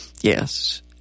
yes